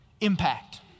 impact